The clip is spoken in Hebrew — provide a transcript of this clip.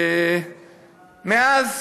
מאז